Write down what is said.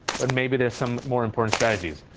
but maybe there's some more important strategies.